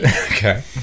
Okay